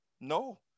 no